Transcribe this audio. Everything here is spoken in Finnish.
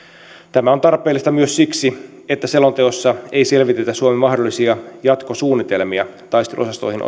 tämä on tarpeellista myös siksi että selonteossa ei selvitetä suomen mahdollisia jatkosuunnitelmia taisteluosastoihin